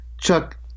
Chuck